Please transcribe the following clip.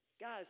Guys